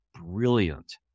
brilliant